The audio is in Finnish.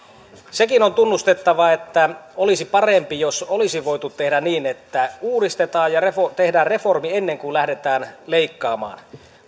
sekin on tunnustettava että olisi parempi jos olisi voitu tehdä niin että uudistetaan ja tehdään reformi ennen kuin lähdetään leikkaamaan